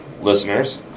listeners